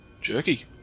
Jerky